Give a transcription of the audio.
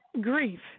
grief